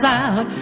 out